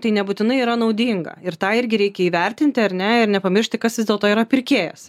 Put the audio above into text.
tai nebūtinai yra naudinga ir tą irgi reikia įvertinti ar ne ir nepamiršti kad vis dėlto yra pirkėjas